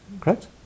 Correct